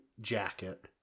jacket